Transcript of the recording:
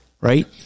right